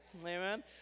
Amen